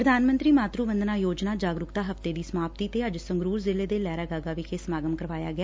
ਪ੍ਰਧਾਨ ਮੰਤਰੀ ਮਾਤਰੂ ਵੰਦਨਾ ਯੋਜਨਾ ਜਾਗਰੂਕਤਾ ਹਫਤੇ ਦੀ ਸਮਾਪਤੀ ਤੇ ਅੱਜ ਸੰਗਰੂਰ ਜ਼ਿਲ੍ਹੇ ਦੇ ਲਹਿਰਾ ਵਿਖੇ ਸਮਾਗਮ ਕਰਵਾਇਆ ਗਿਆ